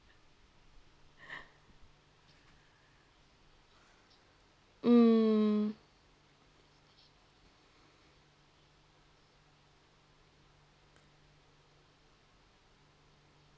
mm